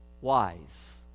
wise